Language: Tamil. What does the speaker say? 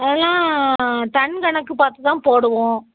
அதெல்லாம் டன் கணக்கு பார்த்து தான் போடுவோம்